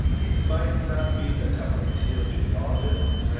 it might not be the cup of tea of genealogists, right.